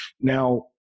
Now